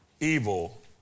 evil